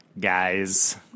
Guys